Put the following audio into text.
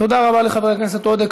תודה רבה לחבר הכנסת עודה.